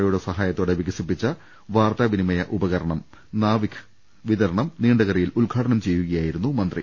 ഒയുടെ സഹായത്തോടെ വികസിപ്പിച്ച വാർത്താവി നിമയ ഉപകരണം നാവിക് വിതരണം നീണ്ടകരയിൽ ഉദ്ഘാ ടനം ചെയ്യുകയായിരുന്നു മന്ത്രി